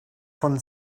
von